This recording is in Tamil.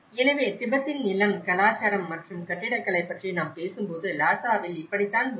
எனவே திபெத்தின் நிலம் கலாச்சாரம் மற்றும் கட்டிடக்கலை பற்றி நாம் பேசும்போது லாசாவில் இப்படித்தான் உள்ளது